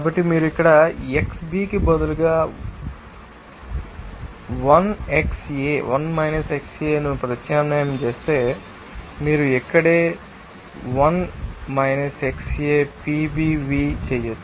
కాబట్టి మీరు ఇక్కడ XB కి బదులుగా 1 XA ను ప్రత్యామ్నాయం చేస్తే మీరు ఇక్కడే PBv చేయవచ్చు